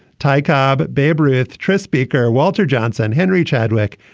ty cobb, babe ruth trist speaker walter johnson, henry chadwick,